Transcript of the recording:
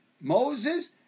Moses